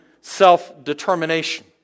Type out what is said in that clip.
self-determination